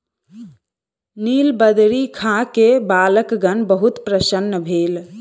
नीलबदरी खा के बालकगण बहुत प्रसन्न भेल